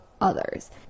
others